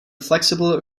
flexible